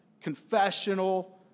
confessional